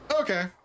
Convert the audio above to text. Okay